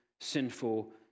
sinful